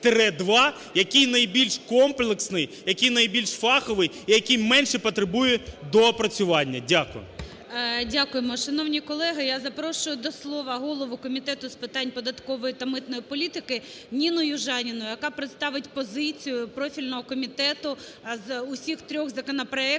який найбільш комплексний, який найбільш фаховий і який менше потребує доопрацювання. Дякую. ГОЛОВУЮЧИЙ. Дякуємо. Шановні колеги! Я запрошую до слова голову Комітету з питань податкової та митної політики Ніну Южаніну, яка представить позицію профільного комітету з усіх трьох законопроектів,